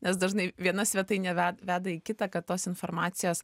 nes dažnai viena svetainė ve veda į kitą kad tos informacijos